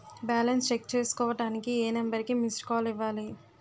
Balance check చేసుకోవటానికి ఏ number కి మిస్డ్ కాల్ ఇవ్వాలి?